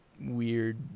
weird